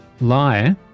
Lie